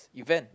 event